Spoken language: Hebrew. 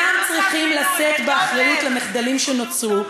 אינם צריכים לשאת באחריות למחדלים שנוצרו,